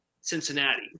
Cincinnati